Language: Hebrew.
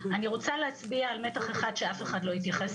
אני רוצה להצביע על מתח אחד שאף אחד לא התייחס